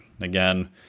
again